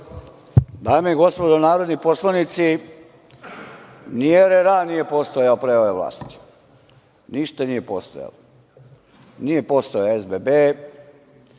Dame i gospodo narodni poslanici, ni RRA postojao pre ove vlasti. Ništa nije postojalo. Nije postojao SBB,